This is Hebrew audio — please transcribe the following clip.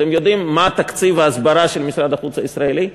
אתם יודעים מה תקציב ההסברה של משרד החוץ הישראלי?